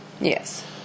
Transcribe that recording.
Yes